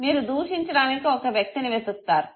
మీరు దూషించడానికి ఒక వ్యక్తిని వెతుకుతారు